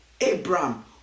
Abraham